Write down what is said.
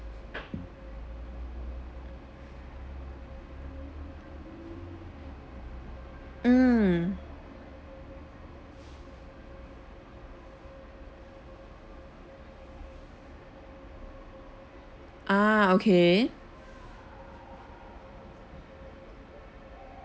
mm ah okay